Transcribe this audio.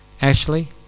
Ashley